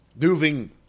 moving